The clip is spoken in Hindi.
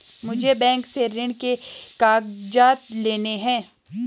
मुझे बैंक से ऋण के कागजात लाने हैं